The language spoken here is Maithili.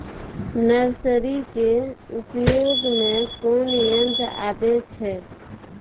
नर्सरी के उपयोग मे कोन यंत्र आबै छै?